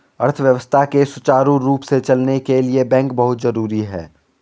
अर्थव्यवस्था के सुचारु रूप से चलने के लिए बैंक बहुत जरुरी हैं